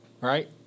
Right